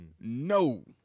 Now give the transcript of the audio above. No